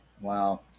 Wow